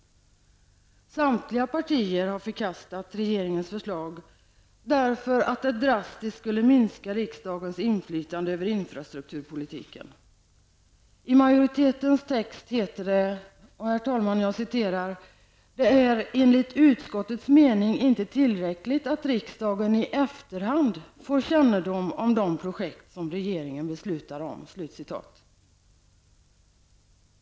Samtliga partier har förkastat regeringens förslag, därför att det drastiskt skulle minska riksdagens inflytande över infrastrukturpolitiken. I majoritetens text heter det: ''Det är enligt utskottets mening inte tillräckligt att riksdagen i efterhand får kännedom om de projekt som regeringen beslutar om.''